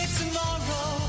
tomorrow